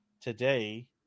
today